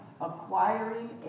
acquiring